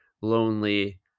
lonely